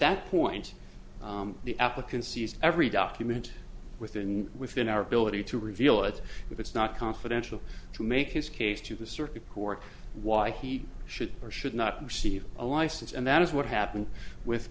that point the african sees every document within within our ability to reveal it if it's not confidential to make his case to the circuit court why he should or should not receive a license and that is what happened with